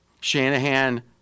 Shanahan